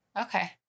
okay